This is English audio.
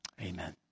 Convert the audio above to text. Amen